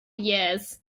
years